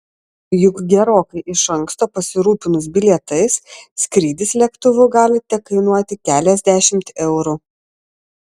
juk gerokai iš anksto pasirūpinus bilietais skrydis lėktuvu gali tekainuoti keliasdešimt eurų